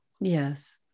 Yes